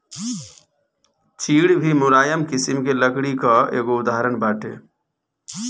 चीड़ भी मुलायम किसिम के लकड़ी कअ एगो उदाहरण बाटे